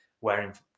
wearing